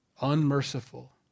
Unmerciful